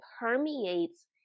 permeates